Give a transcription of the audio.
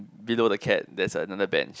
below the cat there's another bench